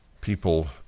people